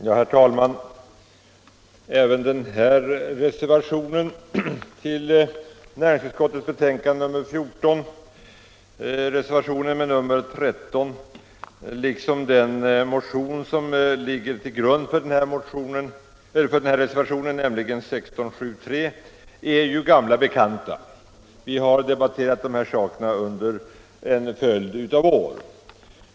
Herr talman! Även reservationen 13 liksom motionen 1673 som ligger till grund för motionen är gamla bekanta. Vi har debatterat dessa saker under en följd av år.